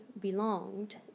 belonged